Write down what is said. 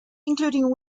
including